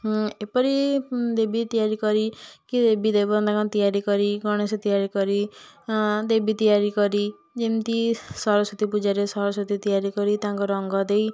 ହୁଁ ଏପରି ଦେବୀ ତିଆରି କରି କି ଦେବୀ ଦେବତାଙ୍କ ତିଆରି କରି ଗଣେଶ ତିଆରି କରି ଦେବୀ ତିଆରି କରି ଯେମିତି ସରସ୍ୱତୀ ପୂଜାରେ ସରସ୍ୱତୀ ତିଆରି କରି ତାଙ୍କ ରଙ୍ଗ ଦେଇ